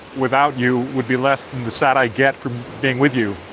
without you. would be less than the sat i get from being with you